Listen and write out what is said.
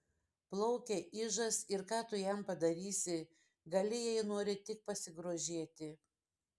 plaukia ižas ir ką tu jam padarysi gali jei nori tik pasigrožėti